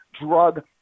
drug